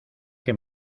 que